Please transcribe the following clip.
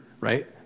right